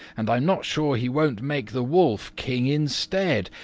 and i'm not sure he won't make the wolf king instead,